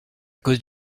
cause